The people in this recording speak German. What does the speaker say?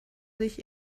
sich